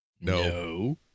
No